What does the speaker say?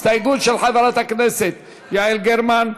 הסתייגות של חברת הכנסת יעל גרמן.